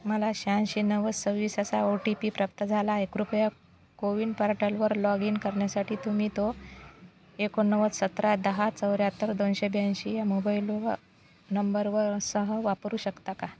मला शहाऐंशी नव्वद सव्वीस असा ओ टी पी प्राप्त झाला आहे कृपया कोविन पोर्टलवर लॉग इन करण्यासाठी तुम्ही तो एकोणनव्वद सतरा दहा चौऱ्याहत्तर दोनशे ब्याऐंशी या मोबाइलव नंबरसह वापरू शकता का